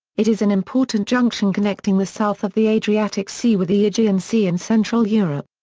it is an important junction connecting the south of the adriatic sea with the aegean sea and central europe.